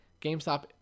GameStop